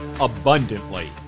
abundantly